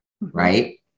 right